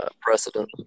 precedent